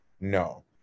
no